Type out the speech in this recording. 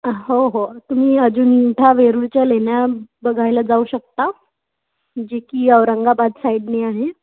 हो हो तुम्ही अजिंठा वेरूळच्या लेण्या बघायला जाऊ शकता जे की औरंगाबाद साईडने आहे